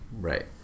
Right